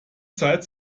zeit